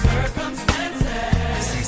Circumstances